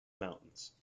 mountains